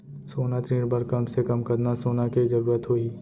सोना ऋण बर कम से कम कतना सोना के जरूरत होही??